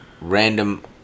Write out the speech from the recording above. random